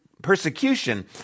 Persecution